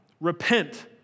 repent